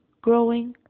growing,